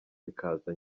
bikaza